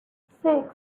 six